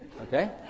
okay